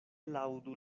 laŭdu